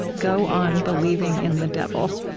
go on believing in the devil,